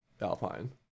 Alpine